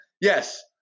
yes